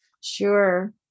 Sure